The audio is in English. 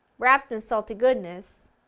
wrapped in salty goodness,